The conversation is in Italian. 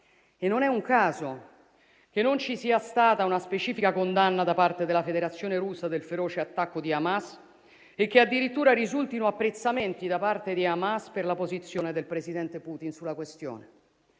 e non è un caso che non ci sia stata una specifica condanna da parte della Federazione Russa del feroce attacco di Hamas e che addirittura risultino apprezzamenti da parte di Hamas per la posizione del presidente Putin sulla questione.